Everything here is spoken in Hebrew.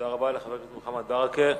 תודה רבה לחבר הכנסת מוחמד ברכה.